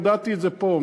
הודעתי את זה פה,